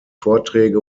vorträge